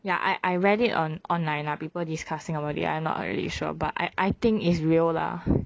ya I I read it on online lah people discussing about it I not really sure but I I think is real lah